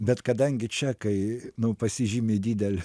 bet kadangi čekai pasižymi dideliu